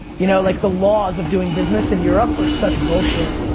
you know like the laws of doing business in europe are such bullshit.